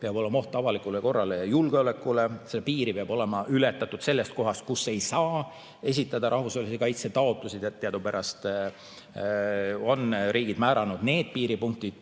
peab olema oht avalikule korrale ja julgeolekule, piiri peab olema ületatud sellest kohast, kus ei saa esitada rahvusvahelise kaitse taotlusi. Teadupärast on riigid määranud need piiripunktid